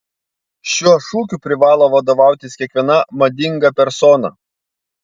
šiuo šūkiu privalo vadovautis kiekviena madinga persona